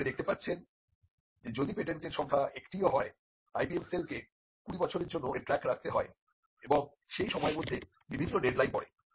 আপনি দেখতে পাচ্ছেন যে যদি পেটেন্টের সংখ্যা একটিও হয় IPM সেলকে 20 বছরের জন্য এর ট্র্যাক রাখতে হয় এবং এই সময়ের মধ্যে বিভিন্ন ডেডলাইন পড়ে